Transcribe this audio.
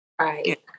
Right